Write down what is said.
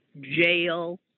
jail